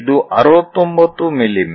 ಇದು 69 ಮಿ